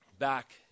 Back